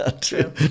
True